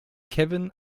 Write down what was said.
kevin